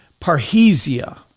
parhesia